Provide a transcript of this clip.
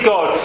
God